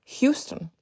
Houston